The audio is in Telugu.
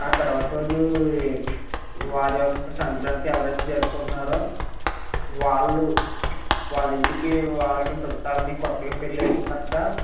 ఆ తరువాత రోజు వారి యొక్క సంక్రాంతి ఎవరైతే జరుపుకుంటున్నారో వాళ్ళు వాళ్ళ ఇంటికి వాళ్ళ యొక్క చుట్టాలని కొత్తగా పెళ్ళైతే కనుక